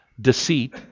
deceit